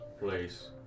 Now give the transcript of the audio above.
place